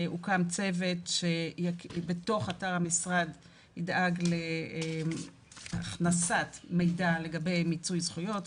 הוקם צוות בתוך אתר המשרד ידאג להכנסת מידע לגבי מיצוי זכויות,